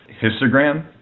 histogram